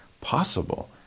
possible